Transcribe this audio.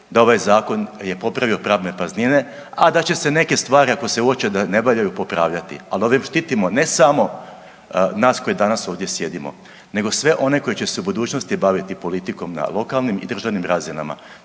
je ovaj Zakon popravio pravne praznine, a da će se neke stvari ako se uoče da ne valjaju popravljati. Ali ovim štitimo ne samo nas koji danas ovdje sjedimo, nego sve one koji će se u budućnosti baviti politikom na lokalnim i državnim razinama